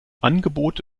angebot